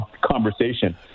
conversation